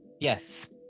Yes